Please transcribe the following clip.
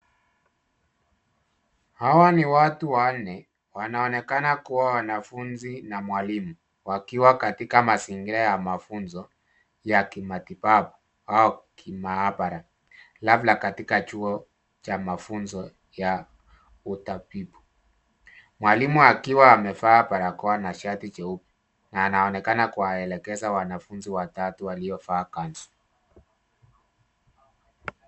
Hawa ni watu wanne wanaonekana kuwa wanafunzi na mwalimu, wakiwa katika mazingira ya mafunzo yakimatibabu au kimaabara, labda katika chuo cha mafunzo ya utabibu, mwalimu akiwa amevaa barakoa na shati jeupe na anaonekana kuwaelekeza wanafunzi watatu waliovaa kanzu.